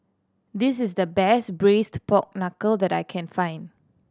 this is the best Braised Pork Knuckle that I can find